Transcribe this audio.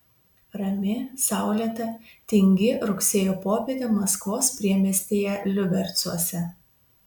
rami saulėta tingi rugsėjo popietė maskvos priemiestyje liubercuose